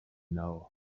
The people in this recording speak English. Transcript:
know